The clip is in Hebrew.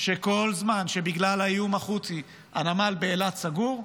שכל זמן שבגלל האיום החות'י הנמל באילת סגור,